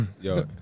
Yo